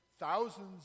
thousands